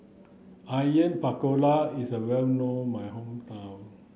Onion Pakora is well known my hometown